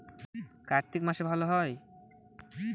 কার্তিক মাসে ভালো হয়?